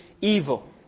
evil